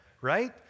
Right